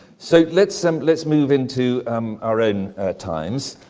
so, let's um let's move into um our own times.